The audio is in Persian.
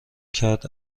کرد